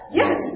yes